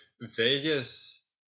Vegas